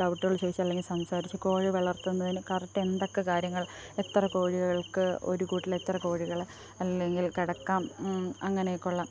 ഡൗട്ടുകൾ ചോദിച്ച് അല്ലെങ്കിൽ സംസാരിച്ച് കോഴി വളർത്തുന്നതിന് കറക്റ്റ് എന്തൊക്കെ കാര്യങ്ങൾ എത്ര കോഴികൾക്ക് ഒരു കൂട്ടിൽ എത്ര കോഴികളെ അല്ലെങ്കിൽ കിടക്കാം അങ്ങനെയൊക്കെ ഉള്ള